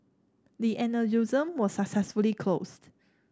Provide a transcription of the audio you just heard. the aneurysm was successfully closed